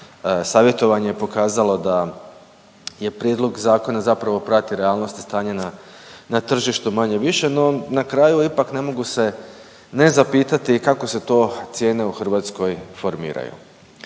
savjetovanje je pokazalo da jer prijedlog zakona zapravo prati realnosti stanja na tržištu manje-više no na kraju ipak ne mogu se ne zapitati kako se to cijene u Hrvatskoj formiraju.